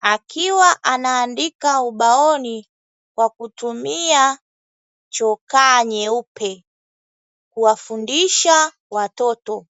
akiwa anaandika ubaoni kwa kutumia chokaa nyeupe kuwafundisha watoto.